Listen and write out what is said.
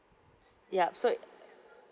yup so